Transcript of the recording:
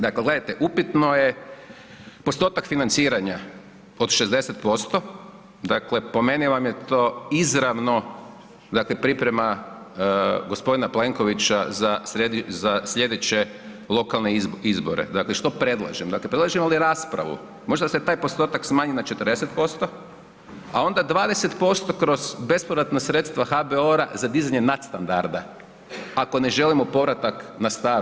Dakle, gledajte, upitno je postotak financiranja od 60%, dakle po meni vam je to izravno, dakle priprema g. Plenkovića za sljedeće lokalne izbore, dakle, što predlažem, predlažemo li raspravu, možda da se taj postotak smanji na 40%, a onda 20% kroz bespovratna sredstva HBOR-a za dizanje nadstandarda, ako ne želimo povratak na staro.